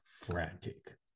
frantic